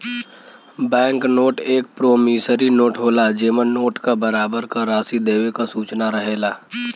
bank note एक promissory note होला जेमन नोट क बराबर क राशि देवे क सूचना रहेला